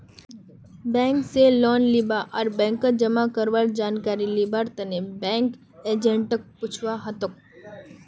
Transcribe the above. bank स loan लीबा आर बैंकत जमा करवार जानकारी लिबार तने बैंक एजेंटक पूछुवा हतोक